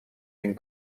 این